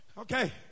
Okay